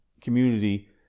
community